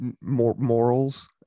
morals